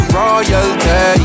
royalty